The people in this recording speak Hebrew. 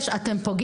בספטמבר.